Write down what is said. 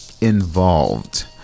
involved